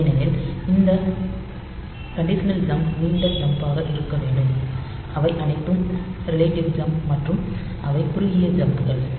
ஏனெனில் இந்த conditional jump நீண்ட ஜம்ப் ஆக இருக்க வேண்டும் அவை அனைத்தும் ரிலேட்டிவ் ஜம்ப் மற்றும் அவை குறுகிய ஜம்ப் கள்